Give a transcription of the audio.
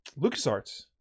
LucasArts